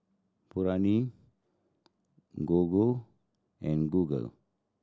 Gogo and Google